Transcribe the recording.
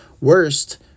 worst